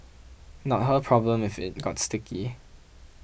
not her problem if it got sticky